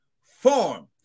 form